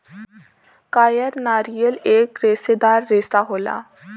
कायर नारियल एक रेसेदार रेसा होला